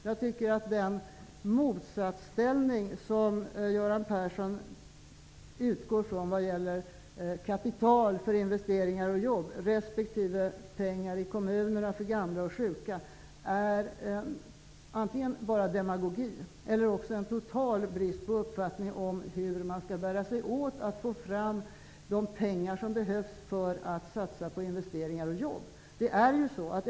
Jag tycker att den motsatsställning som Göran Persson utgår från mellan kapital för investeringar och jobb respektive pengar till kommunerna för gamla och sjuka är antingen bara demagogi eller en total brist på uppfattning om hur man skall bära sig åt för att få fram de pengar som behövs för att satsa på investeringar och jobb.